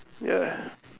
ya ya